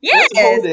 Yes